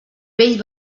vell